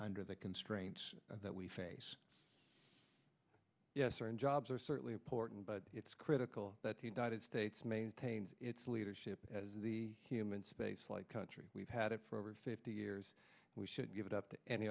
under the constraints that we face yes certain jobs are certainly important but it's critical that the united states maintains its leadership as the human spaceflight country we've had it for over fifty years we should give it up to any